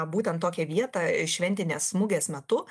būtent tokią vietą šventinės mugės metu